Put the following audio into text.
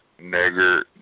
nigger